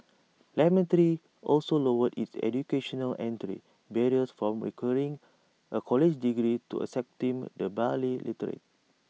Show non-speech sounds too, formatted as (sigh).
(noise) lemon three also lowered its educational entry barriers from requiring A college degree to accepting the barely literate